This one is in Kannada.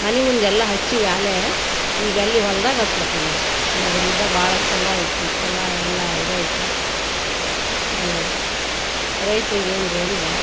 ಮನೆ ಮುಂದೆಲ್ಲ ಹಚ್ಚೀವಿ ಆಗ್ಲೇ ಈಗಲ್ಲಿ ಹೊಲ್ದಾಗ ಹಚ್ಬೇಕನ್ನೋದು ಈಗ ಅದರಲಿದ್ದ ಬಾಳ ಛಲೋ ಐತಿ ಛಲೋ ಎಲ್ಲ ಇದೈತಿ ಅನ್ನೋದ ರೈತ್ರಿಗೆ ಏನು ರೀ ಅಂದರೆ